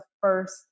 first